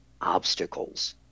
obstacles